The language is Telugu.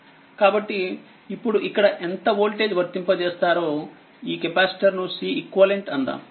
కాబట్టిఇప్పుడు ఇక్కడ ఎంత వోల్టేజ్ వర్తింపజేస్తారో ఈ కెపాసిటర్ ను Ceq అందాము